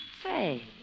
Say